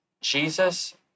Jesus